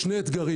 יש שני אתגרים